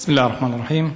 בסם אללה א-רחמאן א-רחים.